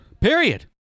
Period